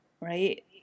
right